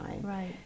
Right